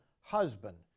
husband